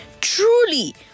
truly